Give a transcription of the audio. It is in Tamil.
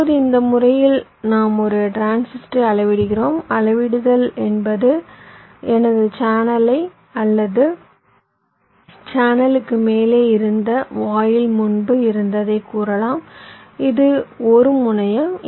இப்போது இந்த முறையில் நாம் ஒரு டிரான்சிஸ்டரை அளவிடுகிறோம் அளவிடுதல் என்பது எனது சேனலை அல்லது சேனலுக்கு மேலே இருந்த வாயில் முன்பு இருந்ததைக் கூறலாம் இது 1 முனையம் இது 1 முனையம்